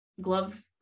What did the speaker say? glove